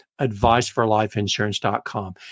AdviceForLifeInsurance.com